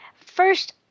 first